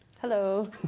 Hello